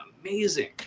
amazing